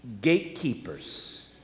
gatekeepers